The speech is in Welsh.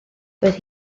doedd